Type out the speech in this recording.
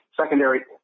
secondary –